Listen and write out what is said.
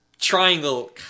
triangle